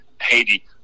Haiti